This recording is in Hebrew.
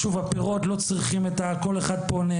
כל אחד פה,